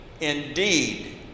indeed